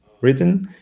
written